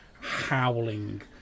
howling